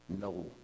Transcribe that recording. No